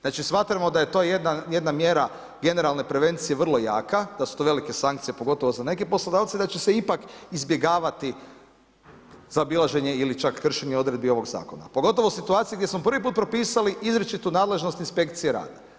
Znači smatramo da je to jedna mjera generalne prevencije vrlo jaka, da su to velike sankcije pogotovo za neke poslodavce i da će se ipak izbjegavati zaobilaženje ili čak kršenje odredbi ovog zakona, pogotovo u situaciji gdje smo prvi put potpisali izričitu nadležnost inspekcije rada.